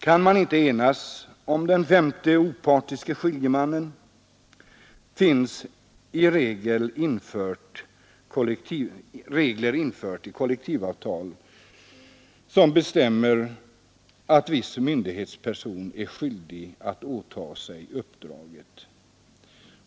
Kan man inte enas om den femte opartiske skiljemannen finns regler införda i kollektivavtal som bestämmer att viss myndighetsperson är skyldig att åta sig uppdraget.